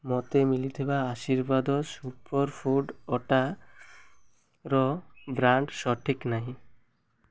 ମୋତେ ମିଳିଥିବା Aashirvaad super food ଅଟାର ବ୍ରାଣ୍ଡ୍ ସଠିକ୍ ନାହିଁ